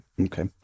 Okay